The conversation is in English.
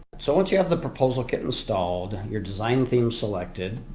so once you have the proposal kit installed, your design theme selected,